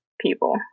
people